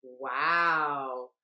Wow